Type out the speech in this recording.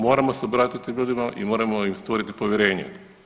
Moramo se obratiti ljudima i moramo im stvoriti povjerenje.